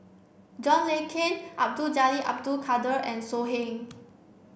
John Le Cain Abdul Jalil Abdul Kadir and So Heng